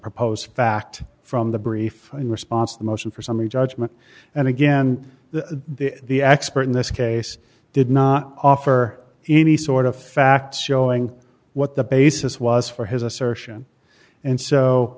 proposed fact from the brief in response to the motion for summary judgment and again the the expert in this case did not offer any sort of facts showing what the basis was for his assertion and so